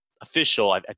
official